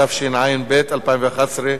התשע"ב 2012,